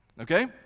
okay